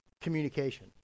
communication